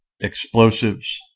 Explosives